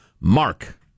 Mark